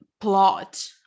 plot